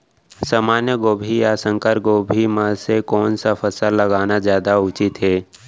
सामान्य गोभी या संकर गोभी म से कोन स फसल लगाना जादा उचित हे?